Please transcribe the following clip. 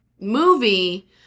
movie